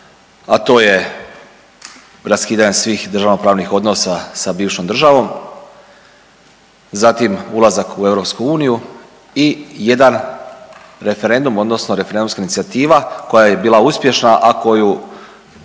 a to je raskidanje svih državnopravnih odnosa sa bivšom državom, zatim ulazak u EU i jedan referendum odnosno referendumska inicijativa koja je bila uspješna, a koju